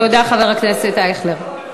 תודה, חבר הכנסת אייכלר.